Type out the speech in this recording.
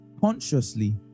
consciously